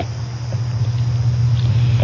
आजीविका